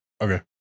Okay